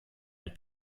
mit